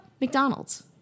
McDonald's